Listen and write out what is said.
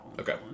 Okay